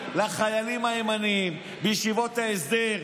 לחיילים הימנים בישיבות ההסדר,